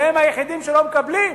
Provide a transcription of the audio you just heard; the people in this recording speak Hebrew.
שהם היחידים שלא מקבלים,